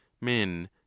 men